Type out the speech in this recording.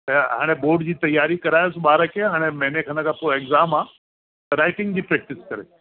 त हाणे बोर्ड जी तयारी करायोसि ॿार खे हाणे महीने खनि खां पोइ एग्ज़ाम आहे त राइटिंग जी प्रैक्टिस करे